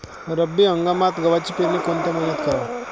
रब्बी हंगामात गव्हाची पेरनी कोनत्या मईन्यात कराव?